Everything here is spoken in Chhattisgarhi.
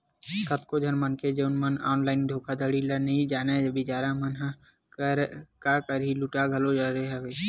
कतको झन मनखे जउन मन ऑनलाइन धोखाघड़ी ल नइ जानय बिचारा मन ह काय करही लूटा घलो डरे हवय